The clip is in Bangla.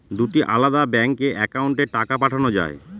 দুটি আলাদা ব্যাংকে অ্যাকাউন্টের টাকা পাঠানো য়ায়?